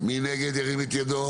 4 נגד,